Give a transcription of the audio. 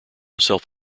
self